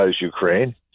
Ukraine